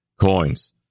coins